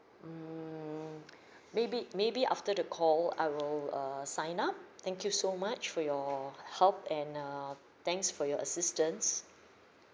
mm maybe maybe after the call I will err sign up thank you so much for your help and err thanks for your assistance